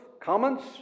comments